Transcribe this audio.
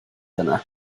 yna